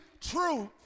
truth